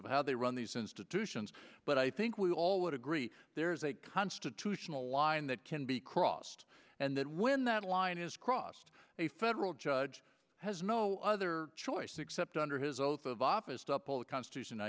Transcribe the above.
of how they run these institutions but i think we all would agree there is a constitutional line that can be crossed and that when that line is crossed a federal judge has no other choice except under his oath of office topple the constitution